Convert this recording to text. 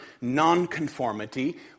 non-conformity